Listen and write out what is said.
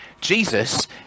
Jesus